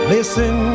Listen